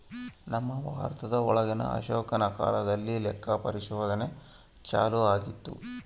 ನಮ್ ಭಾರತ ಒಳಗ ಅಶೋಕನ ಕಾಲದಲ್ಲಿ ಲೆಕ್ಕ ಪರಿಶೋಧನೆ ಚಾಲೂ ಆಗಿತ್ತು